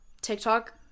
TikTok